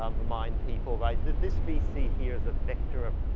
um remind people right that this v c here's a vector of